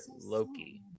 Loki